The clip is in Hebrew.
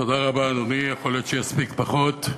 תודה רבה, אדוני, יכול להיות שיספיקו פחות.